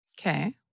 Okay